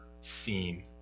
seen